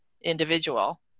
individual